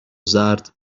زرد